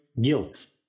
guilt